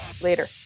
Later